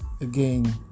again